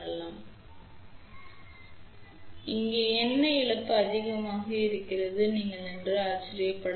இப்போது இங்கே ஏன் அதிக இழப்பு இருக்கிறது என்று நீங்கள் ஆச்சரியப்படலாம்